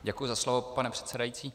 Děkuji za slovo, pane předsedající.